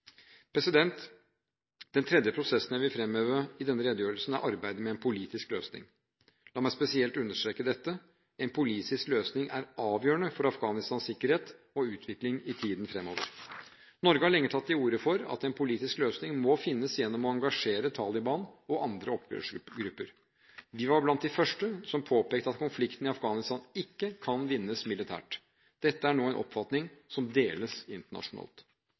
Den tredje prosessen jeg vil fremheve i denne redegjørelsen, er arbeidet med en politisk løsning. La meg spesielt understreke dette: En politisk løsning er avgjørende for Afghanistans sikkerhet og utvikling i tiden fremover. Norge har lenge tatt til orde for at en politisk løsning må finnes gjennom å engasjere Taliban og andre opprørsgrupper. Vi var blant de første som påpekte at konflikten i Afghanistan ikke kan vinnes militært. Dette er nå en oppfatning som deles internasjonalt.